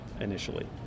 initially